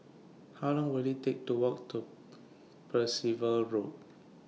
How Long Will IT Take to Walk to Percival Road